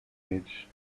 age